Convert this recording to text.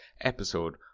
episode